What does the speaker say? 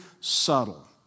subtle